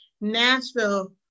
Nashville